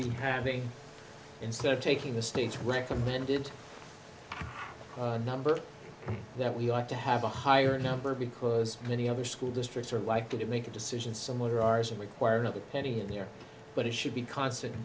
be having instead of taking the stage recommended number that we ought to have a higher number because many other school districts are likely to make a decision similar ours and require another penny here but it should be constant